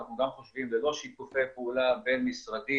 ואנחנו גם חושבים שללא שיתופי פעולה בין משרדיים